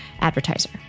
Advertiser